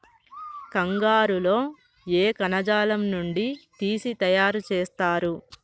కంగారు లో ఏ కణజాలం నుండి తీసి తయారు చేస్తారు?